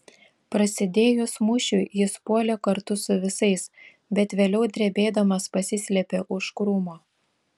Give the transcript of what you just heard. prasidėjus mūšiui jis puolė kartu su visais bet vėliau drebėdamas pasislėpė už krūmo